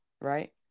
right